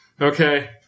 Okay